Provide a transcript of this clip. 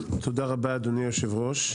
תודה רבה, אדוני היושב ראש.